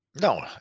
No